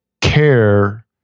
care